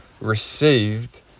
received